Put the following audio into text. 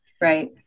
Right